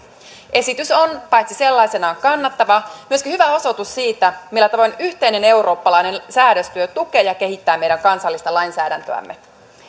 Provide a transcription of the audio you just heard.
esitys on paitsi sellaisenaan kannattava myöskin hyvä osoitus siitä millä tavoin yhteinen eurooppalainen säädöstyö tukee ja kehittää meidän kansallista lainsäädäntöämme